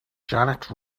janet